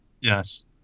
Yes